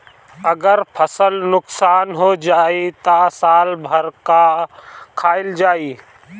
अगर फसल नुकसान हो जाई त साल भर का खाईल जाई